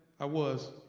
i was.